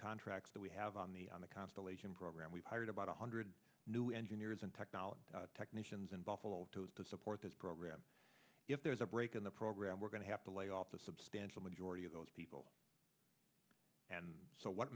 contracts that we have on the on the constellation program we've hired about one hundred new engineers and technology technicians in buffalo to support this program if there's a break in the program we're going to have to lay off a substantial majority of those people and so what